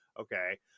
Okay